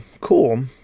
cool